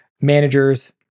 managers